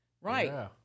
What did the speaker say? Right